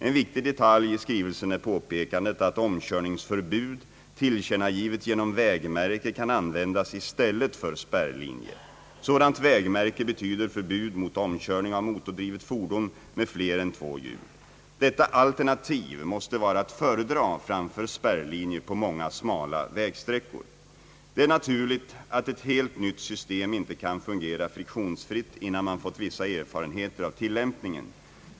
En viktig detalj i skrivelsen är påpekandet att omkörningsförbud, tillkännagivet genom vägmärke, kan användas i stället för spärrlinje. Sådant vägmärke betyder förbud mot omkörning av motordrivet fordon med fler än två hjul. Detta alternativ måste vara att föredra framför spärrlinje på många smala vägsträckor. Det är naturligt att ett helt nytt system inte kan fungera friktionsfritt innan man fått vissa erfarenheter av tillämpningen.